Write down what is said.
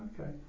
Okay